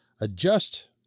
adjust